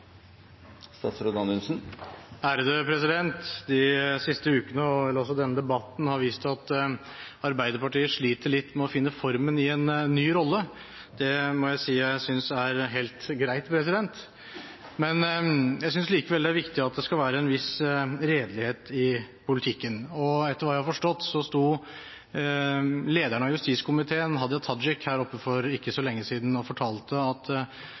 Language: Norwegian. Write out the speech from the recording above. De siste ukene, og også denne debatten, har vist at Arbeiderpartiet sliter litt med å finne formen i en ny rolle. Det må jeg si jeg synes er helt greit, men jeg synes likevel det er viktig at det skal være en viss redelighet i politikken. Etter hva jeg har forstått, sto lederen av justiskomiteen, Hadia Tajik, her oppe for ikke så lenge siden og fortalte – eller iallfall ga inntrykk av – at